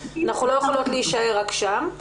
אנחנו לא יכולות להישאר רק שם.